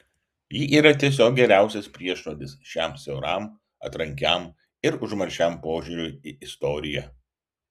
ji yra tiesiog geriausias priešnuodis šiam siauram atrankiam ir užmaršiam požiūriui į istoriją